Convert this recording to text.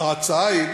ההצעה היא,